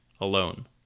alone